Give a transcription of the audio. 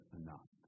enough